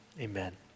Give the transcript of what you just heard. amen